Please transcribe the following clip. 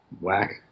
Whack